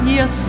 Yes